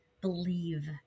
believe